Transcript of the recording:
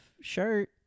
shirt